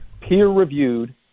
peer-reviewed